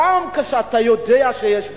גם כשאתה יודע שיש בעיה,